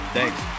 Thanks